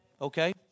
Okay